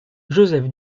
joseph